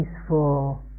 peaceful